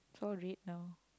so red now